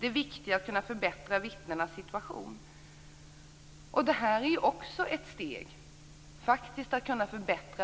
Detta är ett steg i att förbättra